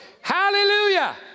Hallelujah